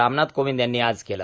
रामनाथ कोविंद यांनी आज केलं